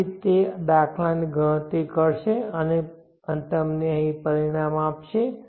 તેથી આ તે દાખલાની ગણતરી કરશે અને તમને અહીં પરિણામ આપશે